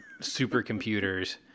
supercomputers